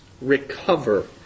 Recover